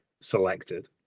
selected